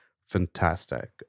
fantastic